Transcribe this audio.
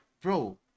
bro